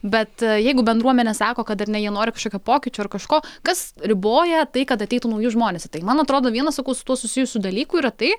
bet jeigu bendruomenė sako kad ar ne jir nori kažkokio pokyčio ar kažko kas riboja tai kad ateitų nauji žmonės tai man atrodo vienas sakau su tuo susijusių dalykų yra tai